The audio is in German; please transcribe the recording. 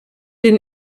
den